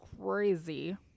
crazy